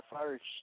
first